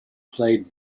played